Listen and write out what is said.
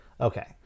Okay